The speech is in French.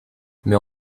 mais